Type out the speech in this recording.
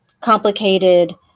complicated